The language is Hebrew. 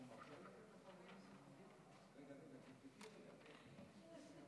חשוב שאנחנו מציינים פה את יום בכנסת את יום העלייה כי זה